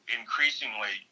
increasingly